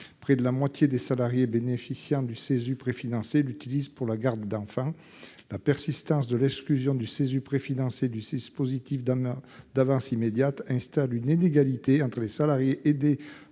Près de la moitié des salariés bénéficiant de Cesu préfinancés les utilisent pour de la garde d'enfants. La persistance de l'exclusion du Cesu préfinancé du dispositif d'avance immédiate installe une inégalité entre les salariés aidés